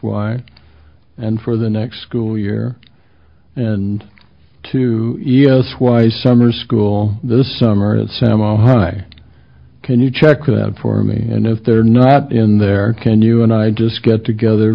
y and for the next school year and two e e s why summer school this summer is semi hi can you check it out for me and if they're not in there can you and i just get together